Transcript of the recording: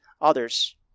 others